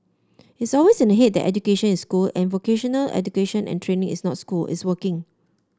it's always in the head that education is school and vocational education and training is not school it's working